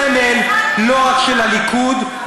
הוא סמל לא רק של הליכוד,